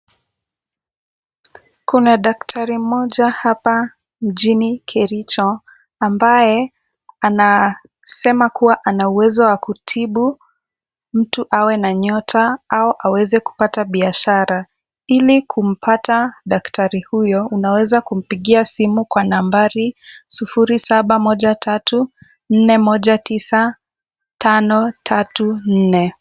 Kuna daktari mmoja hapa mjini Kericho ambaye anasema kuwa ana uwezo wa kutibu mtu awe na nyota au aweze kupata biashara. Ili kumpata daktari huyo unaweza kumpigia simu kwa nambari sufuri saba moja tatu nne moja tisa tano tatu nne.